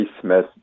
Smith